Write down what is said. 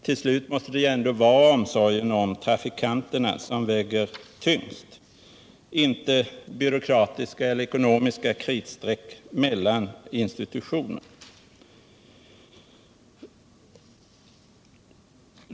Till slut måste det ändå vara omsorgen om trafikanterna som väger tyngst, inte byråkratiska eller ekonomiska kritstreck mellan institutioner.